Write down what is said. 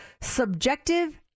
subjective